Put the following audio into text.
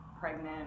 pregnant